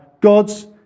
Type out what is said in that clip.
God's